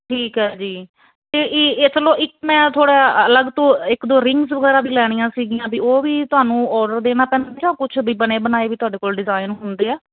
ਠੀਕ ਐ ਜੀ ਤੇ ਇਹ ਇਹ ਚਲੋ ਇੱਕ ਮੈਂ ਥੋੜਾ ਅਲੱਗ ਤੋਂ ਇੱਕ ਦੋ ਰਿੰਗਸ ਵਗੈਰਾ ਵੀ ਲੈਣੀਆਂ ਸੀਗੀਆਂ ਵੀ ਉਹ ਵੀ ਤੁਹਾਨੂੰ ਓਰਡਰ ਦੇਣਾ ਪੈਂਦਾ ਜਾਂ ਕੁਛ ਵੀ ਬਨੇ ਬਨਾਏ ਵੀ ਤੁਹਾਡੇ ਕੋਲ ਡਿਜ਼ਾਇਨ ਹੁੰਦੇ ਆ